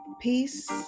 peace